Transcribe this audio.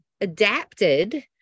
adapted